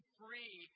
free